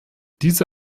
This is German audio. diese